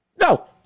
No